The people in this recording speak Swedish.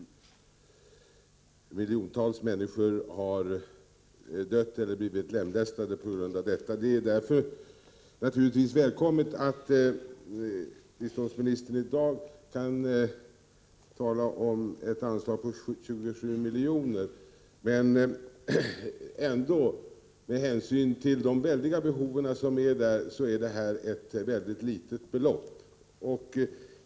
Miljontals människor har dött eller blivit lemlästade. Det är därför naturligtvis mycket välkommet att biståndsministern i dag talar om ett anslag på 27 milj.kr. Med hänsyn till de väldiga behov som finns är det ändå ett mycket litet belopp.